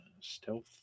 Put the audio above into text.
Stealth